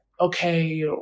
okay